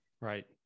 Right